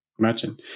imagine